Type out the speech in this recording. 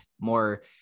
more